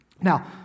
Now